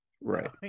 Right